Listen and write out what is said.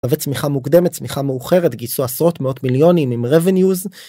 וצמיחה מוקדמת, צמיחה מאוחרת, גייסו עשרות מאות מיליונים עם revenues.